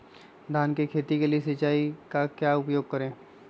धान की खेती के लिए सिंचाई का क्या उपयोग करें?